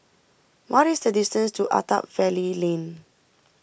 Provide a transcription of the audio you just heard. what is the distance to Attap Valley Lane